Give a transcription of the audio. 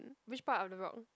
which part of the rock